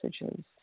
messages